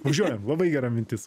važiuojam labai gera mintis